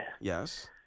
Yes